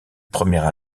première